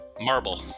marble